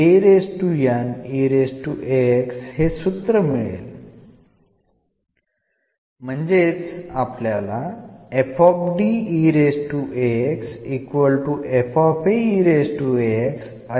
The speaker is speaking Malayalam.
നിങ്ങൾ ഇത് തുടരുകയാണെങ്കിൽ ജനറൽ ആയിട്ട് ലഭിക്കും